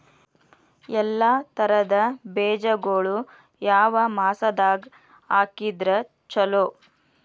ಎಲ್ಲಾ ತರದ ಬೇಜಗೊಳು ಯಾವ ಮಾಸದಾಗ್ ಹಾಕಿದ್ರ ಛಲೋ?